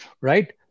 right